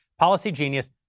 Policygenius